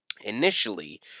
initially